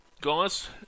guys